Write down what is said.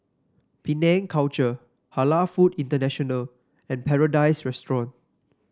Penang Culture Halal Food International and Paradise Restaurant